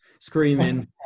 screaming